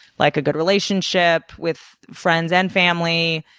like a good relationship with friends and family,